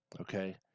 Okay